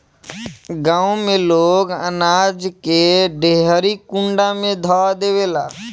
गांव में लोग अनाज के देहरी कुंडा में ध देवेला